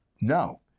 No